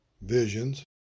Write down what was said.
visions